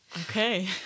Okay